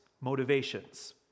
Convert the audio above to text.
motivations